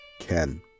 ken